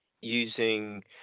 using